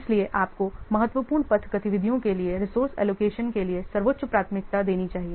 इसलिए आपको महत्वपूर्ण पथ गतिविधियों के लिए रिसोर्स एलोकेशन के लिए सर्वोच्च प्राथमिकता देनी चाहिए